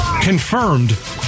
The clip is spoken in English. confirmed